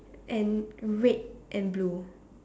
and red and blue